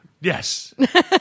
Yes